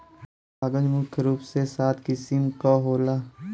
कागज मुख्य रूप से सात किसिम क होला